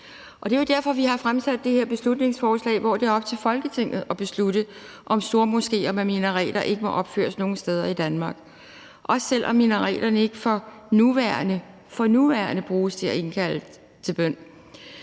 og det er jo derfor, vi har fremsat det her beslutningsforslag, hvor det er op til Folketinget at beslutte, om stormoskéer med minareter ikke må opføres nogen steder i Danmark, også selv om minareterne ikke for nuværende – for nuværende – bruges til at indkalde til bøn.